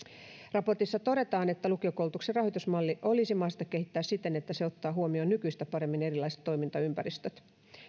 raportissa todetaan että lukiokoulutuksen rahoitusmalli olisi mahdollista kehittää siten että se ottaa huomioon nykyistä paremmin erilaiset toimintaympäristöt